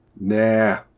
Nah